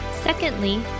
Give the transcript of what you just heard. Secondly